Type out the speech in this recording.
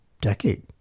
decade